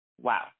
Wow